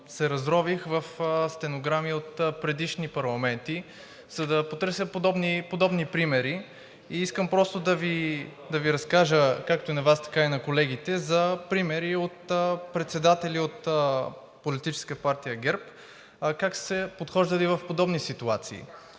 се разрових в стенограми от предишни парламенти, за да потърся подобни примери и искам просто да Ви разкажа – както на Вас, така и на колегите, за примери за председатели от Политическа партия ГЕРБ как са подхождали в подобни ситуации.